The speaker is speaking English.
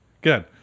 good